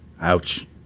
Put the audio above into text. Ouch